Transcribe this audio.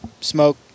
smoke